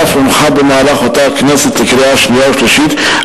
ואף הונחה במהלך אותה כנסת לקריאה שנייה ושלישית,